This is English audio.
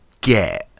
get